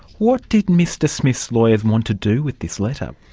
what did mr smith's lawyers want to do with this letter?